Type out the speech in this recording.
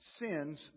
sins